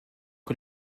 que